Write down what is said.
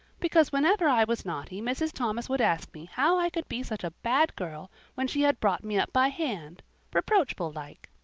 because whenever i was naughty mrs. thomas would ask me how i could be such a bad girl when she had brought me up by hand reproachful-like.